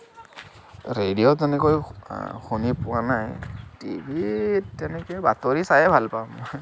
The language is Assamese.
ৰেডিঅ' তেনেকৈ শুনি পোৱা নাই টিভিত তেনেকে বাতৰি চায়ে ভাল পাওঁ মই